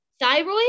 Thyroid